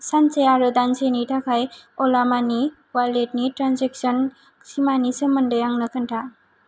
सानसे आरो दानसेनि थाखाय अला मानि वालेटनि ट्रेन्जेकसन सिमानि सोमोन्दै आंनो खोन्था